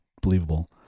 believable